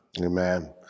Amen